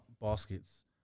baskets